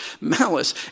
malice